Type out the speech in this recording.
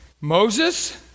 Moses